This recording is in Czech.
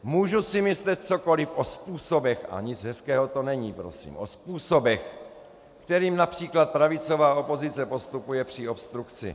Můžu si myslet cokoliv o způsobech, a nic hezkého to není, o způsobech, kterými například pravicová opozice postupuje při obstrukci.